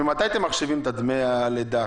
ממתי אתם מחשיבים את דמי הלידה?